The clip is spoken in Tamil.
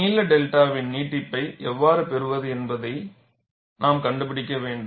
நீள 𝛅 வின் நீட்டிப்பை எவ்வாறு பெறுவது என்பதை நாம் கண்டுபிடிக்க வேண்டும்